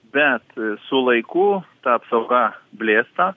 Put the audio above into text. bet su laiku ta apsauga blėsta